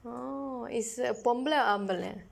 is a பொம்பள ஆம்பள:pompala aampala